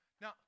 Now